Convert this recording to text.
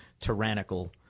tyrannical